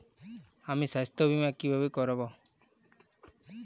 আমি স্বাস্থ্য বিমা কিভাবে করাব?